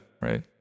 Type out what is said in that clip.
right